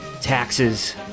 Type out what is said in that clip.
taxes